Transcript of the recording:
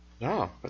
no